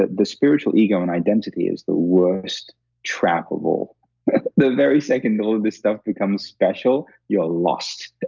ah the spiritual ego and identity is the worst trap of all the very second all of this stuff becomes special, you're lost.